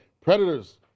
Predators